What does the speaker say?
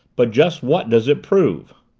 but just what does it prove?